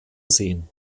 sehen